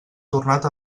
tornat